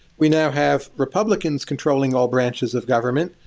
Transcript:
we now have republicans controlling all branches of government.